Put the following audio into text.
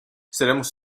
seremos